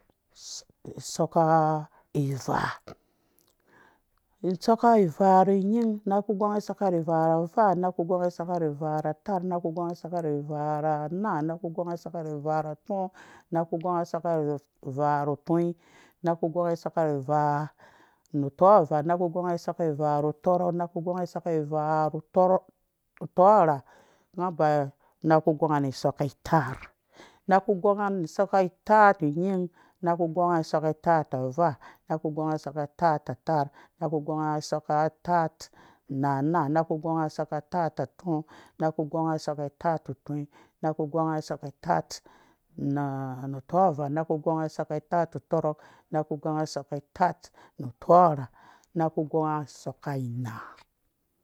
Soka iva, isoka ivaa nu nyin naku gonga sɔka ri vaa ra avaa naku gɔnga soka ri ivaa ra ataar naku gonga soka ri ivaa ra anaa naku gonga soka ri ivaara atɔɔ naku gonga soka ri ivaa ru utɔnyin naku gonga soka ri ivaa ru tɔvaa naku gonga soka ri ivaa ru tɔrɔk naku gonga soka ri ivaa ru tɔrɔk utɔrha nga ba naku gonga nu soka itaar naku gonga nu soka itaar nying naku gonga nu soka itaar ta avaa naku gonga nu soka itaar ta taar naku gonga nu soka itaar, anaa naku gonga nu soka itaar atɔɔ naku gonga nu soka itaar tɔnyin naku gonga nu soka itaar na nu tɔvaa naku gonga nu soka itaar tɔrɔk naku gonga nu soka itaar nu tɔrha naku gonga nu soka inaa